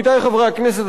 עמיתי חברי הכנסת,